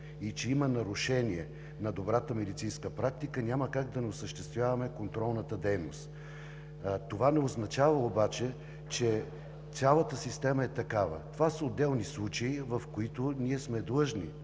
и че има нарушение на добрата медицинска практика, няма как да не осъществяваме контролната дейност. Това не означава обаче, че цялата система е такава. Това са отделни случаи, в които ние сме длъжни